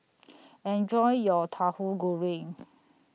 Enjoy your Tahu Goreng